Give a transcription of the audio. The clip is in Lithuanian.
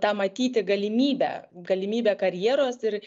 tą matyti galimybę galimybę karjeros ir